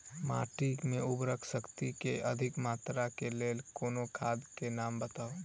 माटि मे उर्वरक शक्ति केँ अधिक मात्रा केँ लेल कोनो खाद केँ नाम बताऊ?